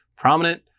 Prominent